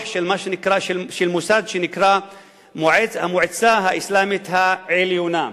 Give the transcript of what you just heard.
של מוסד שנקרא המועצה האסלאמית העליונה,